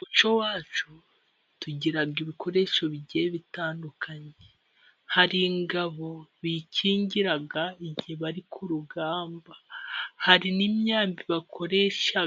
Mu muco wacu tugira ibikoresho bigiye bitandukanye, hari ingabo bikingira igihe bari ku rugamba, hari n'imyambi bakoresha